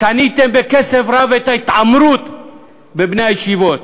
קניתם בכסף רב את ההתעמרות בבני הישיבות.